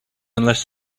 unless